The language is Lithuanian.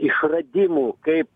išradimų kaip